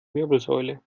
wirbelsäule